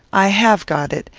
i have got it,